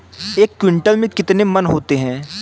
एक क्विंटल में कितने मन होते हैं?